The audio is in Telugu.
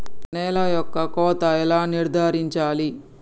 నేల యొక్క కోత ఎలా నిర్ధారించాలి?